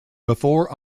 before